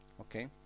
Okay